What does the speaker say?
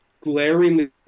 glaringly